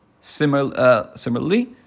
Similarly